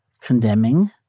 condemning